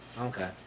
Okay